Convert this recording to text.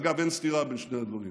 אגב, אין סתירה בין שני הדברים.